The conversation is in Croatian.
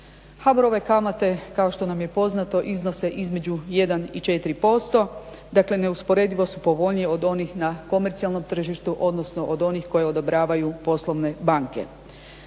HBOR-ove kamate kao što nam je poznato iznose između 1 i 4%, dakle neusporedivo su povoljnije od onih na komercijalnom tržištu, odnosno od onih koje odobravaju poslovne banke.